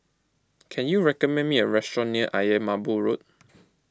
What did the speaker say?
can you recommend me a restaurant near Ayer Merbau Road